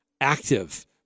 active